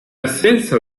assenza